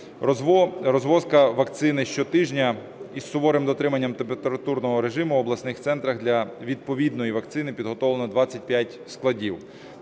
Розвозка вакцини щотижня із суворим дотриманням температурного режиму в обласних центрах, для відповідної вакцини підготовлено 25 складів.